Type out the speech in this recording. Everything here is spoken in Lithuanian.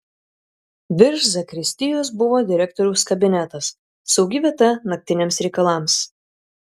virš zakristijos buvo direktoriaus kabinetas saugi vieta naktiniams reikalams